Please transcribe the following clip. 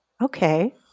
Okay